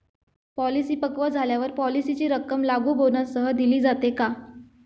Policy पक्व झाल्यावर पॉलिसीची रक्कम लागू बोनससह दिली जाते का?